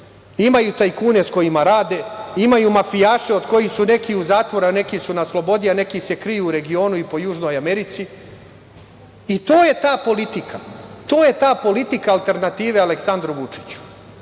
imaju tajkune sa kojima rade, imaju mafijaše od kojih su neki u zatvoru, a neku su na slobodi, a neki se kriju u regionu i po Južnoj Americi. To je ta politika. To je ta politika alternative Aleksandru Vučiću. Da